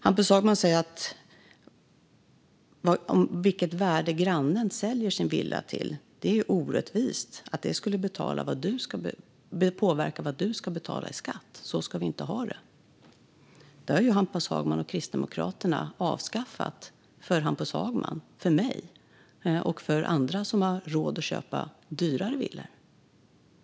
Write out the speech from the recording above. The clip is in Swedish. Hampus Hagman säger att det är orättvist att vad grannen säljer sin villa för ska påverka vad du ska betala i skatt och att så ska vi inte ha det. Detta har Hampus Hagman avskaffat för sig själv, för mig och för andra som har råd att köpa dyrare villor.